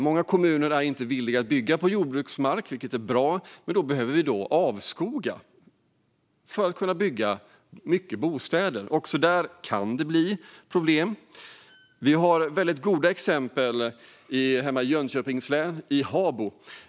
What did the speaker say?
Många kommuner är inte villiga att bygga på jordbruksmark, vilket är bra, men då behöver vi avskoga för att kunna bygga många bostäder. Också där kan det bli problem. Vi har ett väldigt gott exempel i Habo hemma i Jönköpings län.